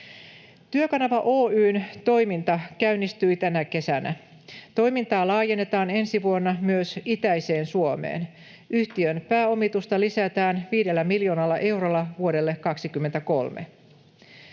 Työkanava Oy:n toiminta käynnistyi tänä kesänä. Toimintaa laajennetaan ensi vuonna myös itäiseen Suomeen. Yhtiön pääomitusta lisätään 5 miljoonalla eurolla vuodelle 23.